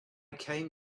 came